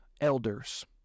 elders